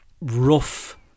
rough